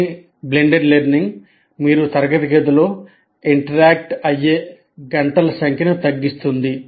కానీ blended learning మీరు తరగతి గదిలో ఇంటరాక్ట్ అయ్యే గంటల సంఖ్యను తగ్గిస్తుంది